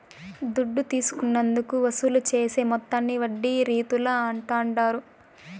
దుడ్డు తీసుకున్నందుకు వసూలు చేసే మొత్తాన్ని వడ్డీ రీతుల అంటాండారు